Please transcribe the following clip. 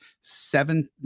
seven